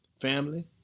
Family